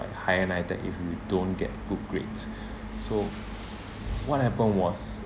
higher NITEC if you don't get good grades so what happened was